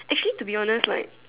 actually to be honest like